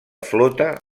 flota